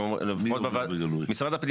מי אומר בגלוי?